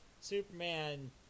Superman